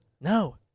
No